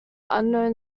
unknown